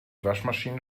waschmaschine